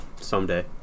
someday